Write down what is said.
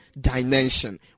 dimension